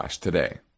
today